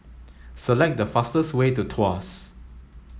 select the fastest way to Tuas